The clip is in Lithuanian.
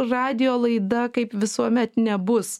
radijo laida kaip visuomet nebus